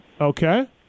Okay